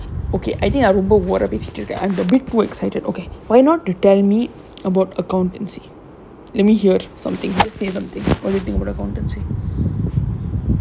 okay I think நா ரொம்ப:naa romba over ah பேசிட்டு இருக்கேன்:pesittu irukkaen I am a bit too excited okay why not to tell me about accountancy let me hear something them olympic what accountancy